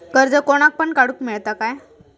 कर्ज कोणाक पण काडूक मेलता काय?